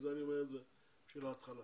זה אני אומר בשביל ההתחלה